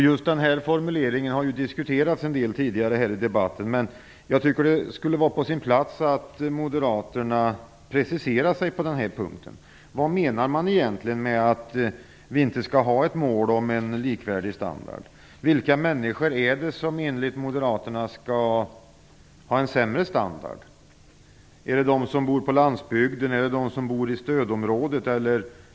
Just den formuleringen har ju diskuterats en del tidigare i debatten, men jag tycker att det skulle vara på sin plats att moderaterna preciserar sig på den här punkten. Vad menar moderaterna egentligen med att man inte skall ha ett mål om en likvärdig standard? Vilka människor är det som enligt moderaterna skall ha en sämre standard? Är det de som bor på landsbygden? Är det de som bor inom stödområdet?